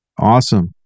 awesome